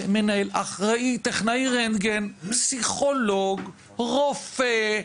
אחראי, טכנאי רנטגן, פסיכולוג, רופא,